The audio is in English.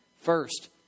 First